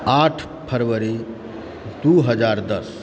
आठ फरवरी दू हजार दश